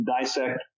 dissect